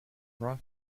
ross